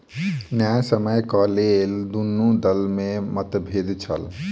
न्यायसम्यक लेल दुनू दल में मतभेद छल